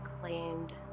claimed